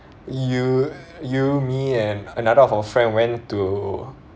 you you me and another of our friend went to